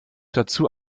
dazu